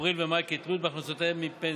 אפריל ומאי כתלות בהכנסותיהם מפנסיה.